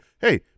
hey